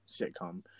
sitcom